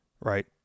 Right